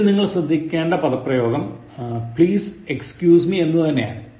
ഇതിൽ നിങ്ങൾ ശ്രദ്ധിക്കേണ്ട പദപ്രയോഗം Please excuse me എന്നതുതന്നെയാണ്